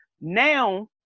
now